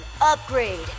upgrade